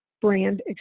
brand